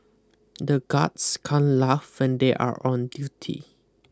the guards can't laugh when they are on duty